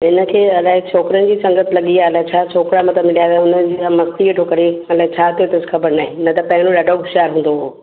हिन खे अलाइ छोकिरनि जी संगति लॻी आहे अलाइ छा छोकिरा अञा त मिलिया न आहिनि उन्हनि सां मस्ती नथो करे अलाइ छा थियो अथसि ख़बरु न आहे न त पहिरियों ॾाढो हुशियारु हूंदो हो